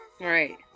Right